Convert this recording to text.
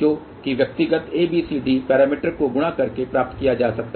जो कि व्यक्तिगत ABCD पैरामीटर को गुणा करके प्राप्त किया जा सकता है